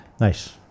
Nice